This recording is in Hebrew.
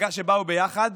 מפלגה שבאה ביחד